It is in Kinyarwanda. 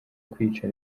kwica